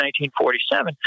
1947